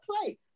play